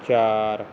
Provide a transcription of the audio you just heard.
ਚਾਰ